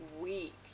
week